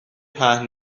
پهن